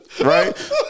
right